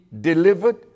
delivered